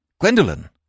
Gwendolen